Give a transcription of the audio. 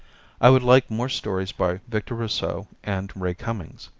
i would like more stories by victor rousseau and ray cummings.